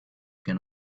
can